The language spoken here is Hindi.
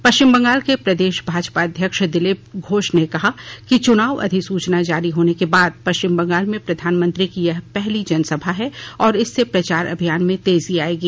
पश्चिम बंगाल के प्रदेश भाजपा अध्यक्ष दिलीप घोष ने कहा कि चुनाव अधिसूचना जारी होने के बाद पश्चिम बंगाल में प्रधानमंत्री की यह पहली जनसभा है और इससे प्रचार अभियान में तेजी आएगी